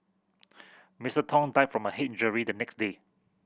Mister Tong died from a head injury the next day